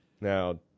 Now